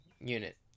unit